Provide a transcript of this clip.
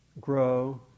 grow